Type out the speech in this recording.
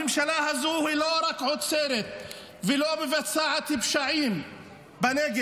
הממשלה הזו היא לא רק עוצרת ולא רק מבצעת פשעים בנגב.